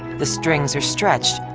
the strings are stretched.